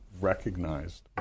recognized